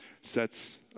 sets